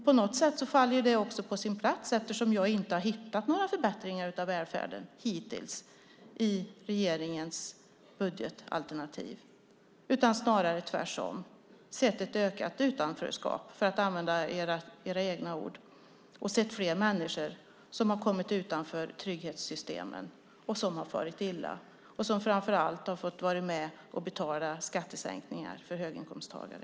På något sätt faller det också på plats eftersom jag inte har hittat några förbättringar av välfärd hittills i regeringens budget. Det är snarare tvärtom så att jag har sett ett ökat utanförskap, för att använda era egna ord. Jag har sett fler människor som har hamnat utanför trygghetssystemen och farit illa. Framför allt har de fått vara med och betala skattesänkningar för höginkomsttagare.